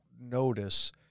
notice